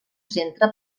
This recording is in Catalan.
centre